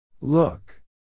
look